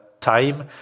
time